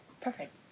perfect